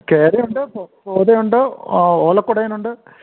കേര ഉണ്ട് പോത ഉണ്ട് ഓലക്കൊടിയൻ ഉണ്ട്